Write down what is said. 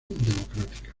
democrática